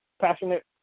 passionate